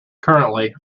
currently